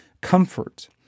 comfort